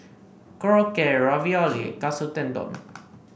Korokke Ravioli Katsu Tendon